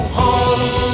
home